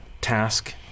task